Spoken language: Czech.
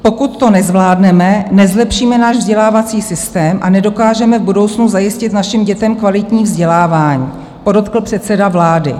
Pokud to nezvládneme, nezlepšíme náš vzdělávací systém a nedokážeme v budoucnu zajistit našim dětem kvalitní vzdělávání, podotkl předseda vlády.